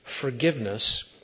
forgiveness